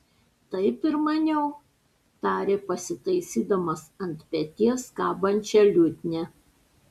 taip ir maniau tarė pasitaisydamas ant peties kabančią liutnią